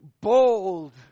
bold